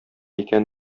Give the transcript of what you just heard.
икән